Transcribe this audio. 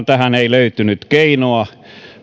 tähän ei kuitenkaan löytynyt keinoa